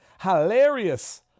Hilarious